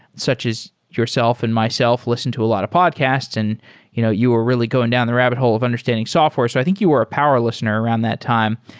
such as yourself and myself, lis ten and to a lot of podcasts, and you know you are really going down the rabb it hole of understanding software. so i think you are power lis tener around that time.